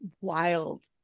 wild